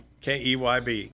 K-E-Y-B